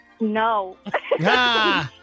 No